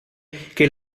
che